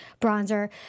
bronzer